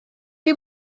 chi